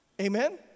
Amen